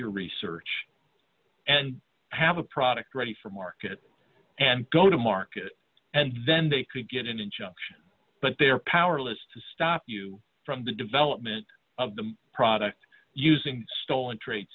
your research and have a product ready for market and go to market and then they could get an injunction but they're powerless to stop you from the development of the product using stolen trade